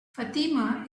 fatima